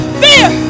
fear